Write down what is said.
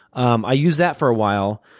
um i used that for a while,